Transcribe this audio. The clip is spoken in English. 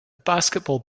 basketball